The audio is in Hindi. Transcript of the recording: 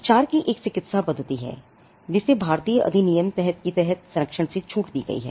उपचार की एक चिकित्सा पद्धति है जिसे भारतीय अधिनियम के तहत संरक्षण से छूट दी गई है